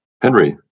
Henry